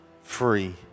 free